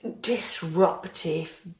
disruptive